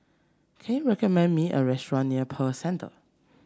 can you recommend me a restaurant near Pearl Centre